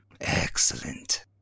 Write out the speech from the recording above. Excellent